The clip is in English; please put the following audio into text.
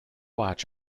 watch